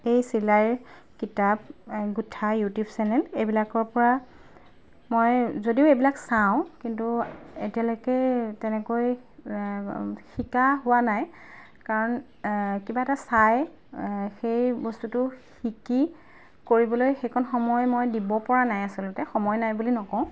এই চিলাইৰ কিতাপ গোঠা ইউটিউব চেনেল এইবিলাকৰ পৰা মই যদিও এইবিলাক চাওঁ কিন্তু এতিয়ালৈকে তেনেকৈ শিকা হোৱা নাই কাৰণ কিবা এটা চাই সেই বস্তুটো শিকি কৰিবলৈ সেইকণ সময় মই দিব পৰা নাই আচলতে সময় নাই বুলি নকওঁ